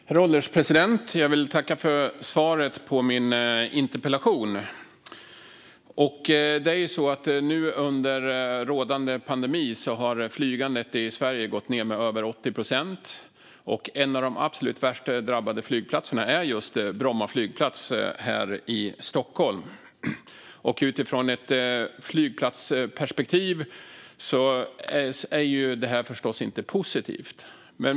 Herr ålderspresident! Jag vill tacka ministern för svaret på min interpellation. Under rådande pandemi har flygandet i Sverige gått ned med över 80 procent, och en av de absolut värst drabbade flygplatserna är just Bromma flygplats här i Stockholm. Utifrån ett flygplatsperspektiv är detta förstås inte positivt.